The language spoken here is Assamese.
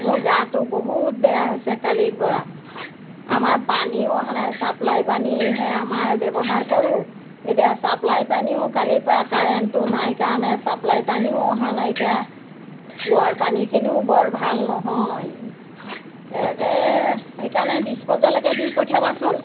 মোৰ গাটো বহুত বেয়া হৈছে কালিৰপৰা আমাৰ পানীও অহা নাই চাপ্লাই পানীহে আমাৰ ব্যৱহাৰ কৰোঁ এতিয়া চাপ্লাই পানীও কালিৰপৰা কাৰেণ্টটো নাই কাৰণে চাপ্লাই পানীও অহা নাইকিয়া কুঁৱাৰ পানীখিনিও বৰ ভাল নহয় ইয়াকে সেইকাৰণে ডিছপজেলকে দি পঠিয়াবাচোন